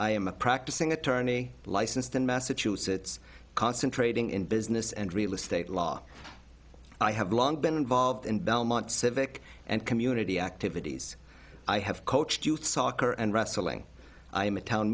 i am a practicing attorney licensed in massachusetts concentrating in business and real estate law i have long been involved in belmont civic and community activities i have coached youth soccer and wrestling i am a town